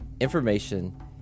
information